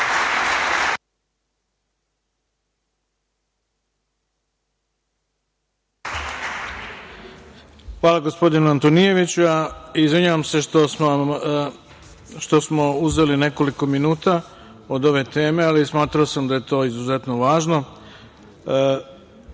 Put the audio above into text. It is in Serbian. puno. Hvala gospodinu Antonijeviću. Izvinjavam se što smo uzeli nekoliko minuta od ove teme, ali smatrao sam da je to izuzetno važno. Reč